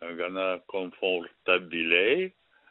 gana komfortabiliai